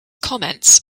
comments